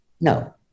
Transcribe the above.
No